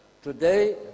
Today